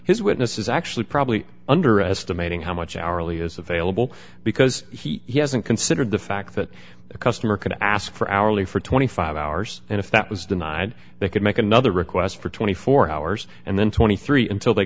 his witness is actually probably underestimating how much hourly is available because he hasn't considered the fact that a customer can ask for hourly for twenty five hours and if that was denied they could make another request for twenty four hours and then twenty three dollars until they